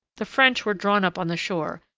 the french were drawn up on the shore,